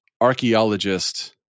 archaeologist